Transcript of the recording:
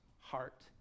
heart